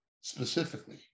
specifically